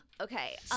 Okay